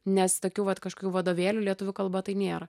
nes tokių vat kažkokių vadovėlių lietuvių kalba tai nėra